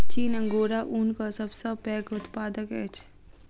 चीन अंगोरा ऊनक सब सॅ पैघ उत्पादक अछि